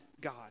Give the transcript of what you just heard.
God